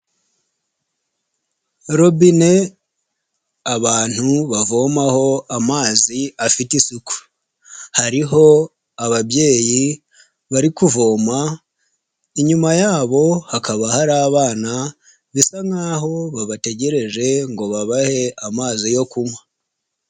Robine abantu bavomaho amazi afite isuku. Hariho ababyeyi bari kuvoma, inyuma yabo hakaba hari abana, bisa nk'aho babategereje ngo babahe amazi yo kunywa.